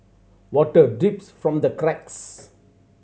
water drips from the cracks